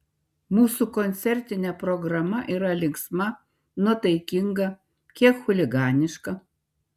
mūsų koncertinė programa yra linksma nuotaikinga kiek chuliganiška